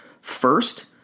First